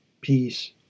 peace